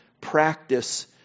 practice